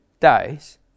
days